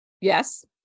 Yes